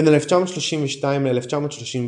בין 1932 ל-1934,